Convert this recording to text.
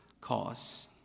cause